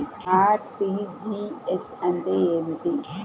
RTGS అంటే ఏమిటి?